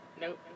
Nope